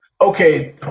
okay